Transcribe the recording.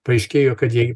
paaiškėjo kad jei